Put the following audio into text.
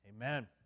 Amen